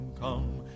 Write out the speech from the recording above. come